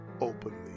openly